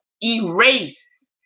erase